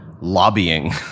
lobbying